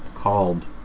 called